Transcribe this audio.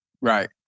Right